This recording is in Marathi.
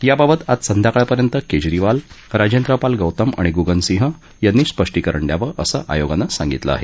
याबाबत आज संध्याकाळपर्यंत केजरीवाल राजेंद्र पाल गौतम आणि गुगन सिंह यांनी स्पष्टीकरण द्यावं असं आयोगानं सांगितलं आहे